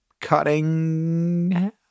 cutting